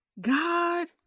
God